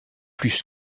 plus